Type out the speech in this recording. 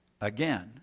again